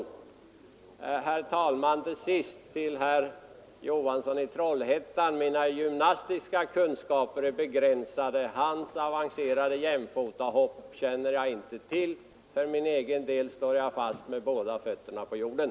Nr 71 Herr talman! Till sist några ord till herr Johansson i Trollhättan. Mina gymnastiska kunskaper är begränsade, och jag känner inte till herr TOrSlagen den Johanssons avancerade jämfotahopp. För min egen del står jag stadigt I med båda fötterna på jorden.